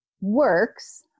works